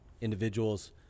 individuals